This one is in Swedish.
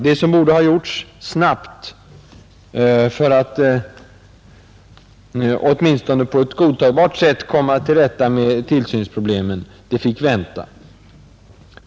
Det som borde ha gjorts snabbt, för att åtminstone på ett godtagbart sätt komma till rätta med tillsynsproblemen, fick vänta.